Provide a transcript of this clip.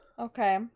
Okay